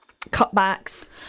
cutbacks